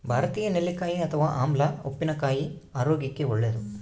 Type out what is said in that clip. ಭಾರತೀಯ ನೆಲ್ಲಿಕಾಯಿ ಅಥವಾ ಆಮ್ಲ ಉಪ್ಪಿನಕಾಯಿ ಆರೋಗ್ಯಕ್ಕೆ ಒಳ್ಳೇದು